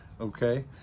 Okay